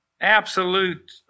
absolute